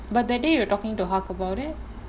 but that day you were talking to about it